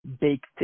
baked